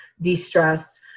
de-stress